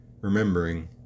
Remembering